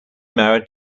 married